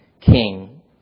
king